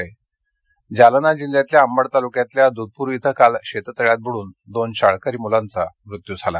मृत्य जालना जालना जिल्ह्यातल्या अंबड तालुक्यातल्या द्धपुरी इथं काल शेततळ्यात बुडून दोन शाळकरी मुलांचा मृत्यू झाला